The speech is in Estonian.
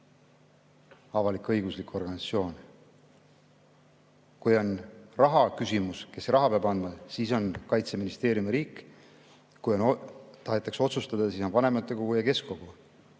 avalik-õiguslik organisatsioon. Kui on rahaküsimus, et kes raha peab andma, siis on Kaitseministeerium ja riik. Kui tahetakse otsustada, siis on vanematekogu ja keskkogu.